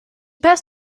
best